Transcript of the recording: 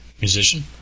Musician